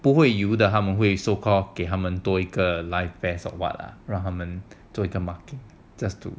不会游的 the so called 给他们多个 life vest or what lah 让他们做一个 mark just to